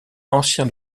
ancien